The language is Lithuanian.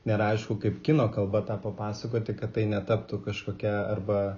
nėra aišku kaip kino kalba tą papasakoti kad tai netaptų kažkokia arba